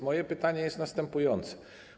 Moje pytanie jest następujące.